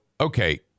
okay